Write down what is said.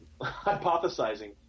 hypothesizing